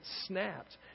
snapped